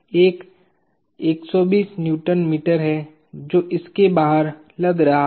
एक 120 Nm है जो इसके बाहर लग रहा है